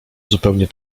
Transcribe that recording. zupełnie